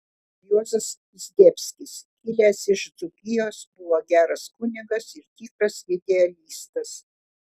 juozas zdebskis kilęs iš dzūkijos buvo geras kunigas ir tikras idealistas